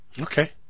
Okay